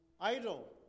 idol